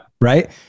Right